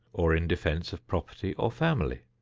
or in defense of property or family.